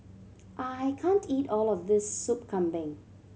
I can't eat all of this Soup Kambing